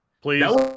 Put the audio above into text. Please